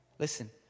Listen